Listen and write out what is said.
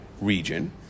region